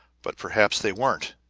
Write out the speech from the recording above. but perhaps they weren't.